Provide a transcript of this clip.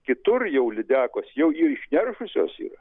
kitur jau lydekos jau ir išneršusios yra